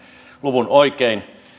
luvun oikein